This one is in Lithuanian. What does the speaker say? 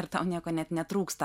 ir tau nieko net netrūksta